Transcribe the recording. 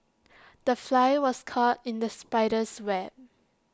the fly was caught in the spider's web